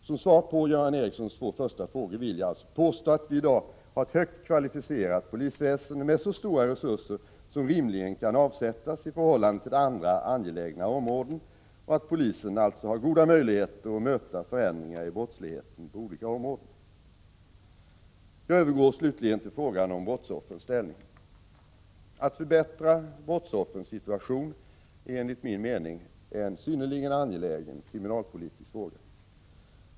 Som svar på Göran Ericssons två första frågor vill jag alltså påstå att vi i dag har ett högt kvalificerat polisväsende med så stora resurser som rimligen kan avsättas i förhållande till andra angelägna områden och att polisen alltså har goda möjligheter att möta förändringarna i brottsligheten på olika områden. Jag övergår slutligen till frågan om brottsoffrens ställning. Att förbättra brottsoffrens situation är enligt min mening en synnerligen angelägen kriminalpolitisk fråga.